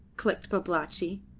clicked babalatchi,